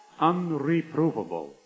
unreprovable